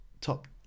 top